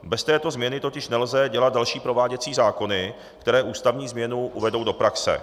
Bez této změny totiž nelze dělat další prováděcí zákony, které ústavní změnu uvedou do praxe.